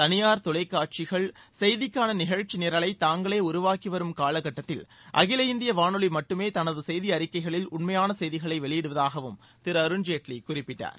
தனியார் தொலைக்காட்சிகள் செய்திக்கான நிகழ்ச்சி நிரலை தாங்களே உருவாக்கி வரும் காலக்கட்டத்தில் அகில இந்திய வானொலி மட்டுமே தனது செய்தி அறிக்கைகளில் உண்மையான செய்திகளை வெளியிடுவதாகவும் திரு அருண்ஜேட்லி குறிப்பிட்டார்